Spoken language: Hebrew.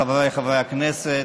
חבריי חברי הכנסת,